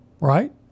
right